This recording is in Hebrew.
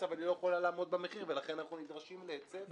אבל היא לא יכולה לעמוד במחיר ולכן אנחנו נדרשים להיצף,